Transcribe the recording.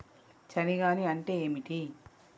చలి గాలి అంటే ఏమిటి?